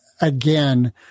again